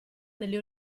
nelle